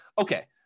okay